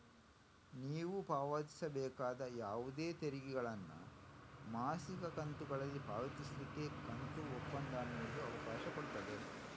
ನೀವು ಪಾವತಿಸಬೇಕಾದ ಯಾವುದೇ ತೆರಿಗೆಗಳನ್ನ ಮಾಸಿಕ ಕಂತುಗಳಲ್ಲಿ ಪಾವತಿಸ್ಲಿಕ್ಕೆ ಕಂತು ಒಪ್ಪಂದ ಅನ್ನುದು ಅವಕಾಶ ಕೊಡ್ತದೆ